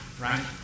right